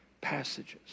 passages